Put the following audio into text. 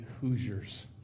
Hoosiers